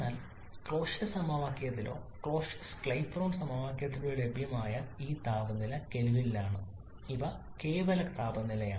എന്നാൽ ക്ലോഷ്യസ് സമവാക്യത്തിലോ Clausius Clapeyron സമവാക്യത്തിലോ ലഭ്യമായ ഈ താപനില കെൽവിനിലാണ് ഇവ കേവല താപനിലയാണ്